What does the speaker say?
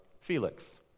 Felix